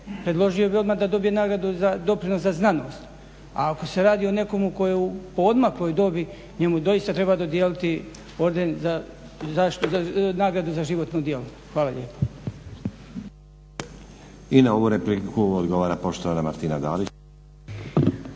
predložio bih odmah da dobije nagradu za doprinos za znanost, a ako se radi o nekome tko je u poodmakloj dobi njemu doista treba dodijeliti orden, nagradu za životno djelo. Hvala lijepa. **Stazić, Nenad (SDP)** I na ovu repliku odgovara poštovana Martina Dalić.